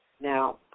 now